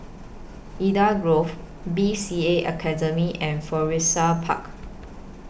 Eden Grove B C A Academy and Florissa Park